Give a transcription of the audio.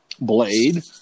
blade